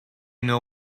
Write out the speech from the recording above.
know